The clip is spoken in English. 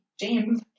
James